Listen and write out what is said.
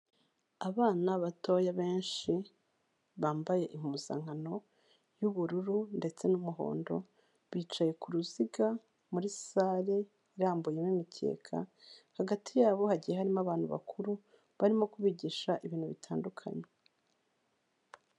Abana batoya benshi bambaye impuzankano y'ubururu ndetse n'umuhondo bicaye ku ruziga muri sale irambuyemo imikeka. Hagati yabo hagiye harimo abantu bakuru barimo kubigisha ibintu bitandukanye.